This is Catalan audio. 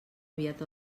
aviat